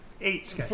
eight